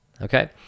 Okay